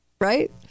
right